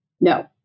No